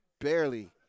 barely